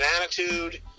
attitude